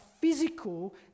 physical